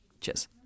Cheers